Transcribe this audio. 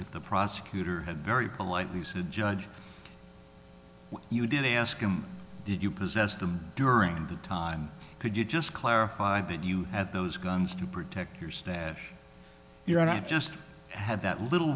if the prosecutor had very politely said judge you did ask him did you possess them during that time could you just clarify that you at those guns to protect your stash you had just had that little